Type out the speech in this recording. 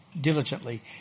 diligently